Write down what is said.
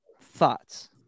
thoughts